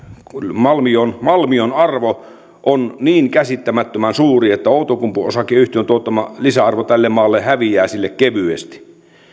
malmion malmion arvo on niin käsittämättömän suuri että outokumpu oyn tuottama lisäarvo tälle maalle häviää sille kevyesti